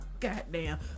Goddamn